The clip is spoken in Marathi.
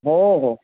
हो हो